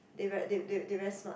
they very they they they very smart